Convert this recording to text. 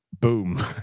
Boom